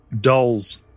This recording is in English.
dolls